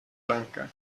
lanka